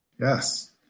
Yes